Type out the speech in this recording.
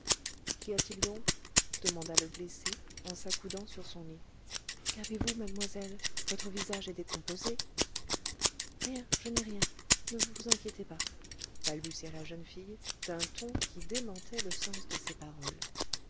qu'y a-t-il donc demanda le blessé en s'accoudant sur son lit qu'avez-vous mademoiselle votre visage est décomposé rien je n'ai rien ne vous inquiétez pas balbutia la jeune fille d'un ton qui démentait le sens de ses paroles